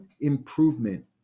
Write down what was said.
improvement